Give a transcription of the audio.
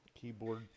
keyboard